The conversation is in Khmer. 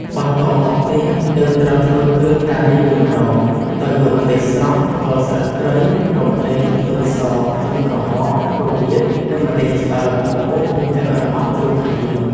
បន្ទាប់មកទៀត យើងត្រូវធ្វើគ្រឿងការីវិញម្ដង ដោយយកម្ទេសស្រស់ គល់ស្លឹកគ្រៃ រុំដេង ខ្ទឹមស ខ្ទឹមក្រហម រមៀត និងម្ទេសឆ្អើរ មកបុក ឬកិនឱ្យម៉ដ្ឋចូលគ្នា។